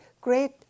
great